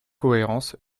cohérence